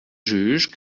jugent